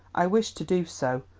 i wished to do so,